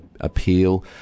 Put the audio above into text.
appeal